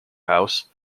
house